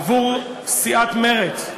עבור סיעת מרצ,